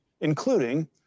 including